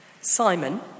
Simon